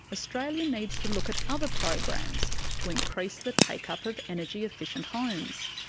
australia needs to look at other programs to increase the take-up of energy efficient homes.